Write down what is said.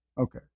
Okay